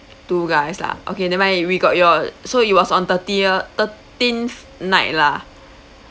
two guys lah okay never mind we got your so it was on thirtieth thirteenth night lah